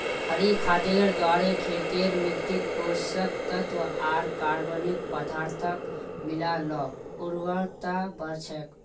हरी खादेर द्वारे खेतेर मिट्टित पोषक तत्त्व आर कार्बनिक पदार्थक मिला ल उर्वरता बढ़ छेक